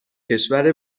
کشور